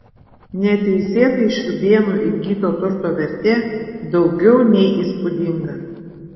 neteisėtai šriūbėnų įgyto turto vertė daugiau nei įspūdinga